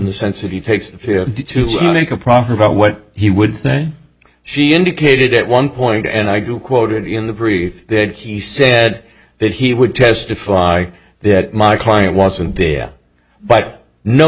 the sense that he takes the fifty two to make a profit about what he would say she indicated at one point and i do quote it in the brief that he said that he would testify that my client wasn't there but no